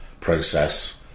process